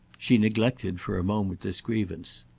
she neglected for a moment this grievance.